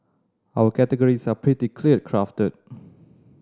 our categories are pretty clearly crafted